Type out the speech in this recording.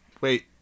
Wait